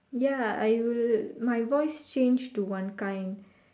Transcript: ya I will my voice change to one kind